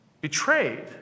betrayed